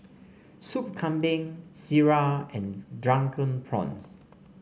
Soup Kambing Sireh and Drunken Prawns